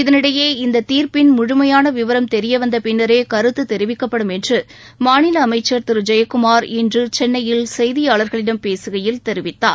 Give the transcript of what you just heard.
இதனிடையே இந்த தீர்ப்பின் முழுமையான விவரம் தெரிய வந்த பின்னரே கருத்து தெரிவிக்கப்படும் என்று மாநில அமைச்ச் திரு ஜெயக்குமார் இன்று சென்னையில் செய்தியாளர்களிடம் பேசகையில் தெரிவித்தார்